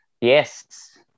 Yes